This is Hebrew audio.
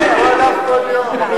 לא פואד, כל יום.